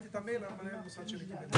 לגבי הדרגה.